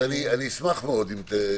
אז תביאו אותה להשיב, אני אשמח מאוד אם תבקשו.